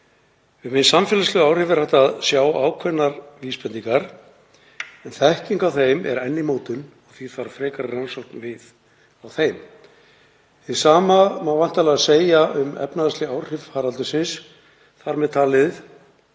Um hin samfélagslegu áhrif er hægt að sjá ákveðnar vísbendingar, en þekking á þeim er enn í mótun og því þarf frekari rannsókna við á þeim. Hið sama má væntanlega segja um efnahagsleg áhrif faraldursins, þar með talið